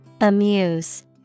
Amuse